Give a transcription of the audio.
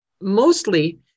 mostly